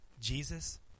Jesus